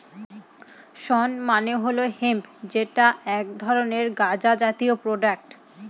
শণ মানে হল হেম্প যেটা এক ধরনের গাঁজা জাতীয় প্রোডাক্ট